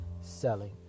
selling